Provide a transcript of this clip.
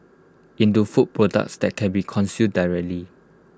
into food products that can be consumed directly